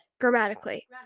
Grammatically